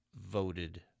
voted